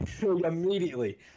Immediately